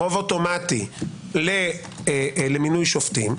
-- רוב אוטומטי למינוי שופטים,